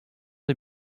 des